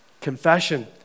Confession